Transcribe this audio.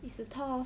it's tough